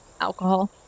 alcohol